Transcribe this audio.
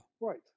right